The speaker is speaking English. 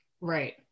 Right